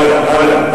הלאה,